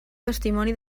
testimoni